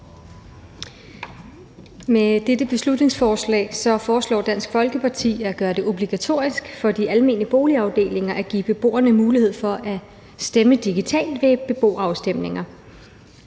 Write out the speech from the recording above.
Med dette beslutningsforslag foreslår Dansk Folkeparti at gøre det obligatorisk for de almene boligafdelinger at give beboerne mulighed for at stemme digitalt ved beboerafstemninger.